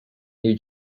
new